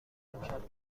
امشب